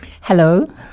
Hello